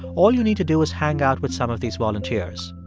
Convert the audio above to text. all you need to do is hang out with some of these volunteers.